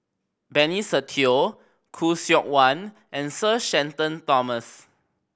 Benny Se Teo Khoo Seok Wan and Sir Shenton Thomas